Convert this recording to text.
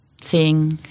Seeing